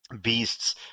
beasts